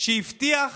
שהבטיח